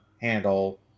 handle